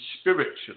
spiritually